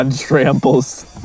tramples